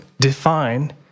define